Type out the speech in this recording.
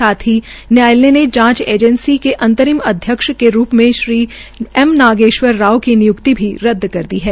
साथ ही न्यायालय ने जांच एजेंसी के आंतरिम अध्यक्ष के रूप में श्री एम नागेश्वर राओ की निय्क्ति भी रद्द की दी है